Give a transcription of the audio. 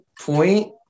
point